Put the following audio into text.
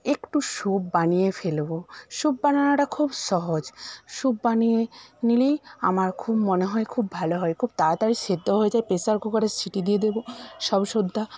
একটু স্যুপ বানিয়ে ফেলবো স্যুপ বানানোটা খুব সহজ স্যুপ বানিয়ে নিলেই আমার খুব মনে হয় খুব ভালো হয় খুব তাড়াতাড়ি সেদ্ধ হয়ে যায় প্রেসার কুকারে সিটি দিয়ে দেব সব সুদ্ধ